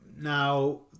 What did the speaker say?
Now